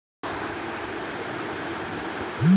আমার মাসিক আয় কুড়ি হাজার টাকা আমি কি ক্রেডিট কার্ড পেতে পারি?